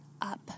up